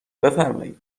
بفرمایید